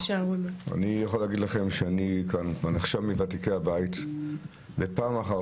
אני יכול להגיד לכם שאני כאן נחשב מוותיקי הבית ופעם אחר